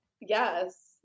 Yes